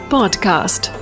Podcast